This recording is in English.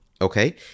okay